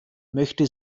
möchte